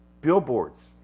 Billboards